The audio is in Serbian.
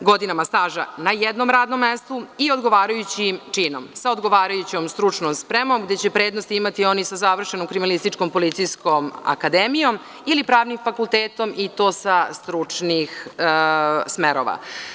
godinama staža na jednom radnom mestu i odgovarajućim činom, sa odgovarajućom stručnom spremom, gde će prednost imati oni sa završenom kriminalističkom policijskom akademijom ili pravnim fakultetom i to sa stručnih smerova.